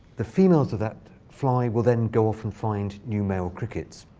the females of that fly will then go off and find new male crickets.